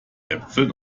äpfeln